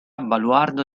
baluardo